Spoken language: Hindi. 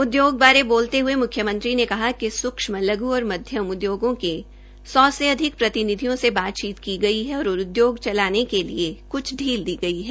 उद्योग बारे बोलते हुए मुख्यमंत्री ने कहा कि सूक्ष्म लघ् औश्र मध्यम उद्योगों के सौ से अधिक प्रतिनिधियों से बातचीत की गई है और उद्योग चलाने के लिए कुद ढील दी गई है